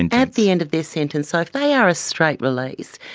and at the end of their sentence. so if they are a straight release,